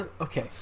Okay